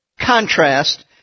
contrast